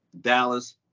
Dallas